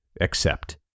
Accept